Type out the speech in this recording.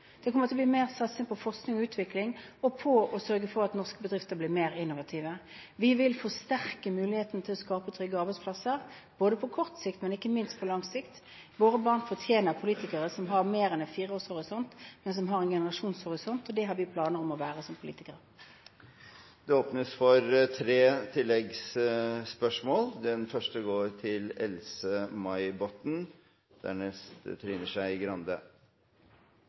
det kommer til å bli mer satsing på forskning og utvikling og på å sørge for at norske bedrifter blir mer innovative. Vi vil forsterke muligheten til å skape trygge arbeidsplasser både på kort og – ikke minst – på lang sikt. Våre barn fortjener politikere som har mer enn en fireårshorisont, som har en generasjonshorisont, og det har vi som politikere planer om å ha. Det blir gitt anledning til tre oppfølgingsspørsmål – først Else-May Botten. Statsministeren og jeg er